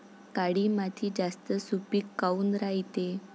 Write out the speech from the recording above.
काळी माती जास्त सुपीक काऊन रायते?